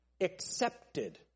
Accepted